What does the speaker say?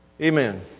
Amen